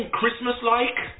Christmas-like